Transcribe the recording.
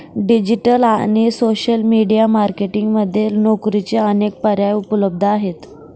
digital आणि social media marketing मध्ये नोकरीचे अनेक पर्याय उपलब्ध आहेत